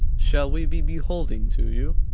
shall we be beholding to you?